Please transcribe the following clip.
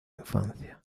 infancia